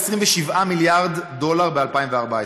27 מיליארד דולר ב-2014.